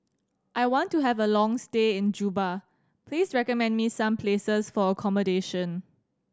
I want to have a long stay in Juba please recommend me some places for accommodation